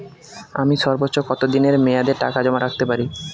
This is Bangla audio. আমি সর্বোচ্চ কতদিনের মেয়াদে টাকা জমা রাখতে পারি?